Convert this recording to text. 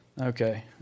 Okay